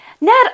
Ned